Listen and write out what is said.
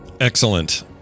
excellent